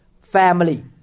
family